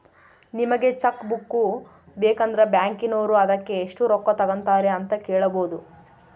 ನಿಮಗೆ cheque book ಬೇಕಂದ್ರ ಬ್ಯಾಕಿನೋರು ಅದಕ್ಕೆ ಎಷ್ಟು ರೊಕ್ಕ ತಂಗತಾರೆ ಅಂತ ಕೇಳಬೊದು